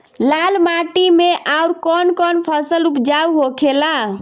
लाल माटी मे आउर कौन कौन फसल उपजाऊ होखे ला?